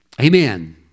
Amen